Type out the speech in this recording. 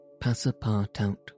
Passapartout